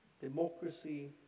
Democracy